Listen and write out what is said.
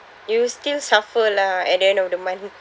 you still suffer lah at the end of the month